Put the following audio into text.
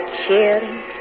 cheering